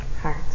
heart